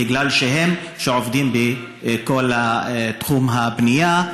בגלל שהם אלה שעובדים בכל תחום הבנייה,